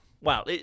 Wow